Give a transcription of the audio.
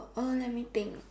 uh let me think